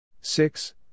Six